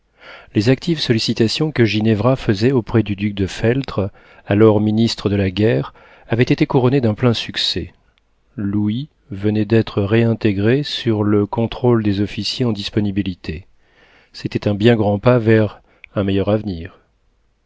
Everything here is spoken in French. les actives sollicitations que ginevra faisait auprès du duc de feltre alors ministre de la guerre avaient été couronnées d'un plein succès louis venait d'être réintégré sur le contrôle des officiers en disponibilité c'était un bien grand pas vers un meilleur avenir